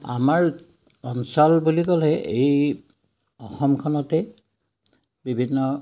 আমাৰ অঞ্চল বুলি ক'লে এই অসমখনতে বিভিন্ন